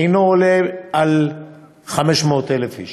אינו עולה על 500,000 איש.